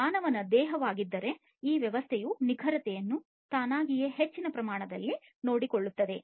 ಮಾನವನ ದೇಹವಾಗಿದ್ದರೆ ಈ ವ್ಯವಸ್ಥೆಯು ನಿಖರತೆಯನ್ನು ತಾನಾಗಿಯೇ ಹೆಚ್ಚಿನ ಪ್ರಮಾಣದಲ್ಲಿ ನೋಡಿಕೊಳ್ಳುತ್ತದೆ